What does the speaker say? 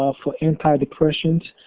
ah for anti-depressions.